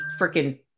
freaking